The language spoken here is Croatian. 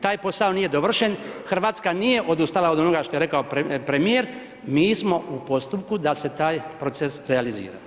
Taj posao nije dovršen, Hrvatska nije odustala od onoga što je rekao premijer, mi smo u postupku da se taj proces realizira.